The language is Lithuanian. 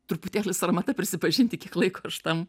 truputėlį sarmata prisipažinti kiek laiko tam